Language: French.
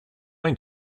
est